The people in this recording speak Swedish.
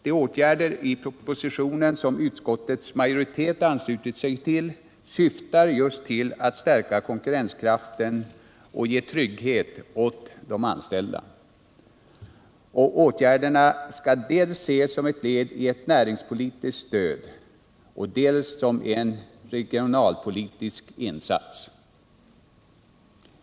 De åtgärder i propositionen som utskottets majoritet har anslutit sig till syftar just till att stärka konkurrenskraften och ge trygghet åt de anställda. Åtgärderna skall ses dels som ett led i ett näringspolitiskt stöd, dels som en regionalpolitisk insats.